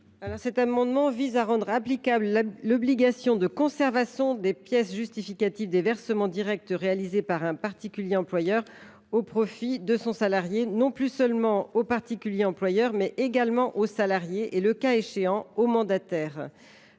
Cet amendement vise à rendre applicable l’obligation de conservation des pièces justificatives des versements directs réalisés par un particulier employeur au profit de son salarié non plus seulement au particulier employeur, mais également au salarié, et, le cas échéant, au mandataire.